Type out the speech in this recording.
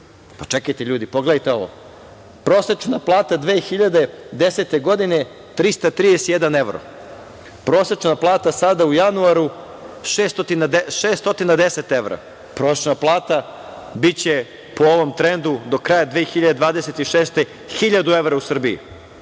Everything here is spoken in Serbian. Pa čekajte, ljudi, pogledajte ovo. Prosečna plata 2010. godine je 331 evro, prosečna plata sada u januaru je 610 evra. Prosečna plata biće, po ovom trendu, do kraja 2026. godine 1.000 evra u Srbiji.